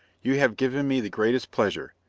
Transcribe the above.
you have given me the greatest pleasure,